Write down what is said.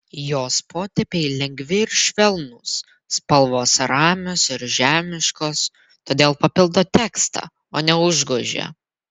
jos potėpiai lengvi ir švelnūs spalvos ramios ir žemiškos todėl papildo tekstą o ne užgožia